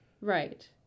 Right